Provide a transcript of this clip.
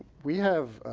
we have,